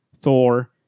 Thor